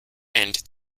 and